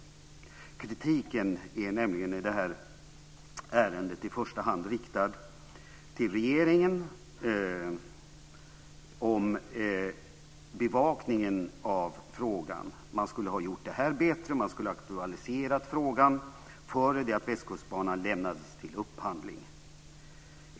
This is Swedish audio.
Kritiken i det här ärendet är i första hand riktad mot regeringen, och den gäller bevakningen av frågan. Hanteringen skulle ha varit bättre och man skulle ha aktualiserat frågan innan Västkustbanan lämnades till upphandling.